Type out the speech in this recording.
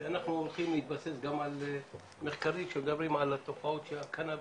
כי אנחנו הולכים להתבסס גם על מחקרים שמדברים על התופעות של הקנאביס,